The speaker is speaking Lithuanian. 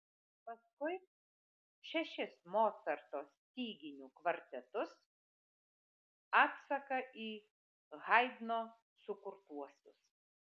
paskui šešis mocarto styginių kvartetus atsaką į haidno sukurtuosius